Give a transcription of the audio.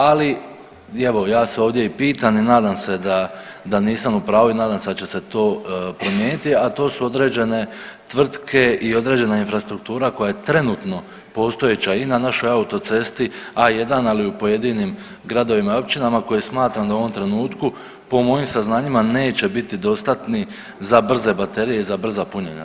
Ali evo ja se ovdje i pitam i nadam se da nisam u pravu i nadam se da će se to promijeniti, a to su određene tvrtke i određena infrastruktura koja je trenutno postojeća i na našoj autocesti A1, ali i u pojedinim gradovima i općinama koje smatram da u ovom trenutku po mojim saznanjima neće biti dostatni za brze baterije i za brza punjenja.